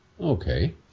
Okay